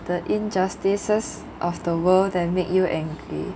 the injustices of the world that make you angry